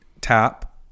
tap